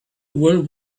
will